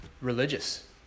religious